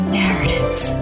narratives